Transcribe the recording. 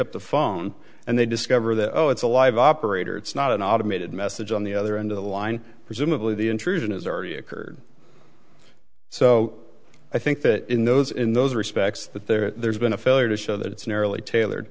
up the phone and they discover that oh it's a live operator it's not an automated message on the other end of the line presumably the intrusion has already occurred so i think that in those in those respects that there's been a failure to show that it's narrowly tailored